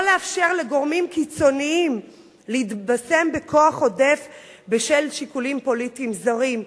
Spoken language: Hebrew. לא לאפשר לגורמים קיצוניים להתבשם בכוח עודף בשל שיקולים פוליטיים זרים.